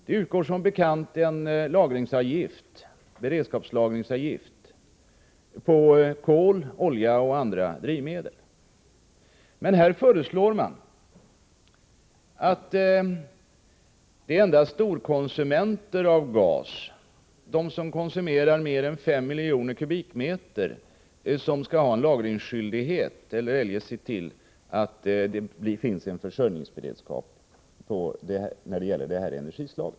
Det utgår som bekant en beredskapslagringsavgift för kol, olja och andra drivmedel. Men det här förslaget innebär att det är endast storkonsumenterna av gas — de som konsumerar mer än 5 miljoner m? — som skall ha lagringsskyldighet eller eljest se till att det finns en försörjningsberedskap när det gäller detta energislag.